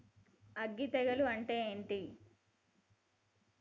అగ్గి తెగులు అంటే ఏంది?